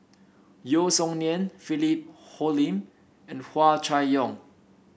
Yeo Song Nian Philip Hoalim and Hua Chai Yong